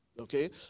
okay